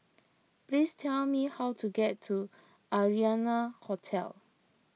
please tell me how to get to Arianna Hotel